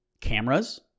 cameras